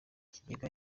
ikigega